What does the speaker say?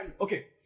Okay